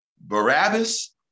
Barabbas